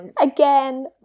Again